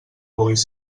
puguis